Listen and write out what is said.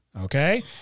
Okay